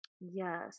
Yes